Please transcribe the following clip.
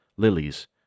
lilies